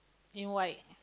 in white